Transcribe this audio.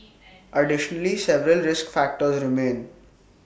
additionally several risk factors remain